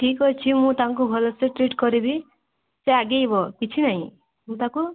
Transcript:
ଠିକ୍ ଅଛି ମୁଁ ତାଙ୍କୁ ଭଲ ସେ ଟ୍ରିଟ୍ କରିବି ସେ ଆଗେଇବ କିଛି ନାହିଁ ମୁଁ ତାକୁ